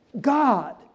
God